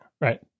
right